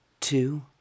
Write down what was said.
two